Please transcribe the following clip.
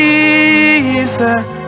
Jesus